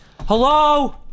Hello